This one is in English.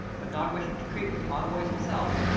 but not wishing to treat with the envoys himself,